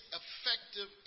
effective